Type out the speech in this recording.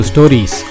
Stories